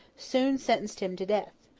soon sentenced him to death.